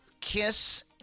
Kiss